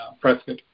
Prescott